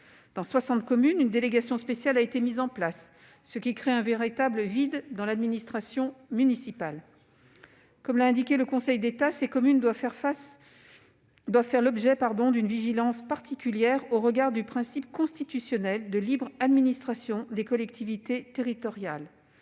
Dans 60 communes, une délégation spéciale a été mise en place, ce qui crée un véritable vide dans l'administration municipale. Comme l'a indiqué le Conseil d'État, ces communes doivent faire l'objet d'une vigilance particulière au regard du principe constitutionnel de libre administration des collectivités territoriales.